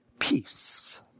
peace